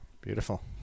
Beautiful